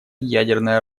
ядерное